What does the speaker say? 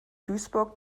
duisburg